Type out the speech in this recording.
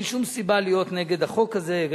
אין שום סיבה להיות נגד החוק הזה,